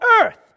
earth